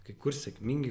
kai kur sėkmingi